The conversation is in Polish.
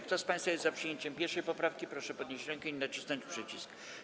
Kto z państwa jest za przyjęciem 1. poprawki, proszę podnieść rękę i nacisnąć przycisk.